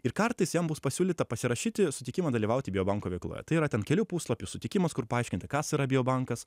ir kartais jam bus pasiūlyta pasirašyti sutikimą dalyvauti bio banko veikloje tai yra ten kelių puslapių sutikimas kur paaiškinta kas yra bio bankas